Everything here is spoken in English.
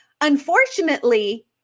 Unfortunately